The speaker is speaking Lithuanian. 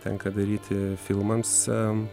tenka daryti filmams e